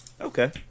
okay